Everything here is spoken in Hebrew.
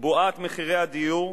בועת מחירי הדירות